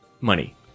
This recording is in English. money